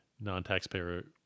non-taxpayer